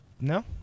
No